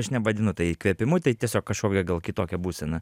aš nevadinu tai įkvėpimu tai tiesiog kažkokia gal kitokia būsena